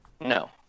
No